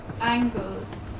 angles